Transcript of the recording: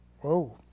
Whoa